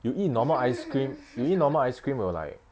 you eat normal ice cream you eat normal ice cream will like